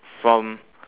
from